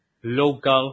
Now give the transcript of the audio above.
local